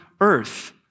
earth